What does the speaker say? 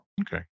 okay